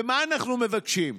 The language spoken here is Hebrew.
ומה אנחנו מבקשים?